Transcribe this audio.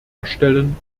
erstellen